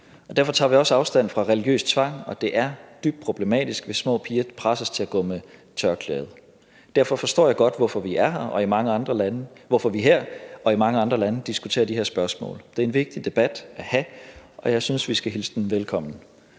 Derfor tager vi også afstand fra religiøs tvang, og det er dybt problematisk, hvis små piger presses til at gå med tørklæde. Derfor forstår jeg godt, hvorfor vi her og i mange andre lande diskuterer de her spørgsmål. Det er en vigtig debat at have, og jeg synes, at vi skal hilse den velkommen.